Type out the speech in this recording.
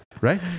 right